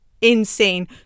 insane